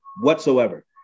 whatsoever